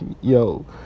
yo